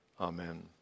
Amen